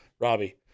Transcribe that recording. Robbie